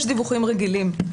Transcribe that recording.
יש דיווחים רגילים.